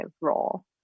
role